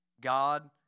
God